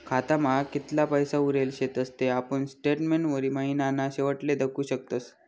खातामा कितला पैसा उरेल शेतस ते आपुन स्टेटमेंटवरी महिनाना शेवटले दखु शकतस